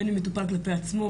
בין אם מטופל כלפי עצמו,